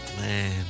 Man